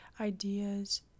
ideas